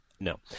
No